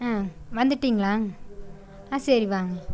ஆ வந்துட்டீங்களா ஆ சரி வாங்க